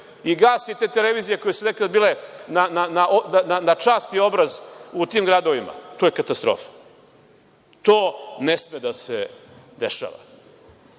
i gasi te televizije koje su nekada bile na čast i obraz u tim gradovima. To je katastrofa. To ne sme da se dešava.